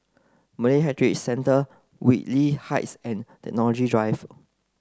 Malay Heritage Centre Whitley Heights and Technology Drive